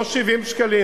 לא 70 שקלים,